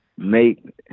Make